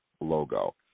logo